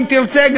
אם תרצה,